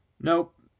Nope